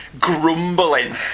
grumbling